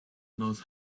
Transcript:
knows